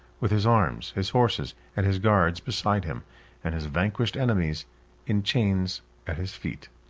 with his arms, his horses, and his guards beside him and his vanquished enemies in chains at his feet.